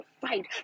fight